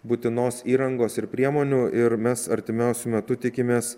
būtinos įrangos ir priemonių ir mes artimiausiu metu tikimės